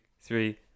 three